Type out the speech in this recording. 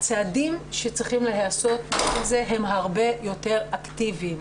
הצעדים שצריכים להיעשות הם הרבה יותר אקטיביים.